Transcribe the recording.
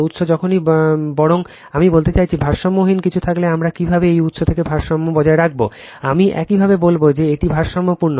উৎস যখন বরং আমি বলতে চাচ্ছি ভারসাম্যহীন কিছু থাকলে আমরা কীভাবে এই উৎস থেকে ভারসাম্য বজায় রাখব আমি একইভাবে বলব যে এটি ভারসাম্যপূর্ণ